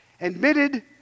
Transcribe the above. admitted